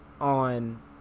on